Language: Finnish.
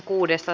asia